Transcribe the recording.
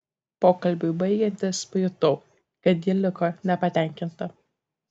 pokalbiui baigiantis pajutau kad ji liko nepatenkinta